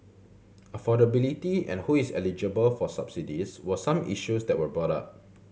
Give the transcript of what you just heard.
affordability and who is eligible for subsidies were some issues that were brought up